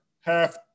half